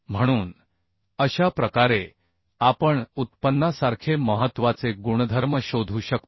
म्हणून अशा प्रकारे आपण यील्ड सारखे महत्त्वाचे गुणधर्म शोधू शकतो